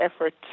effort